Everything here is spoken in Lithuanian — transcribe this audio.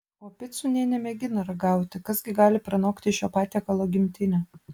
o picų nė nemėgina ragauti kas gi gali pranokti šio patiekalo gimtinę